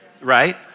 right